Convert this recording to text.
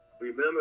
remember